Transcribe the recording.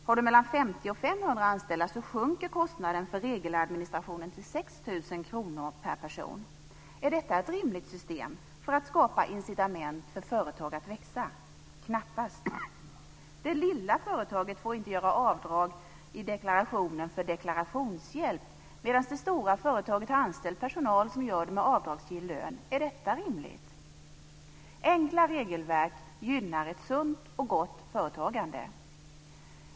Har du mellan 50 och 500 anställda sjunker kostnaden för regeladministrationen till 6 000 kr per person. Är detta ett rimligt system för att skapa incitament för företag att växa? Knappast! Det lilla företaget får inte göra avdrag i deklarationen för deklarationshjälp, medan det stora företaget har anställd personal som gör det med avdragsgill lön. Är detta rimligt? Enkla regelverk gynnar ett sunt och gott företagande.